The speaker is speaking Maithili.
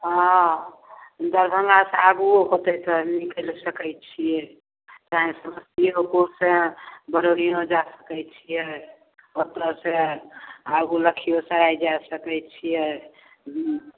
हँ दरभङ्गा से आगुओ होतै तऽ निकलि सकै छियै तैं समस्तीओपुर सए बरौनिओ जा सकै छियै ओत्तऽ सए आगु लक्खिओसराय जा सकै छियै हूँ